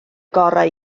gorau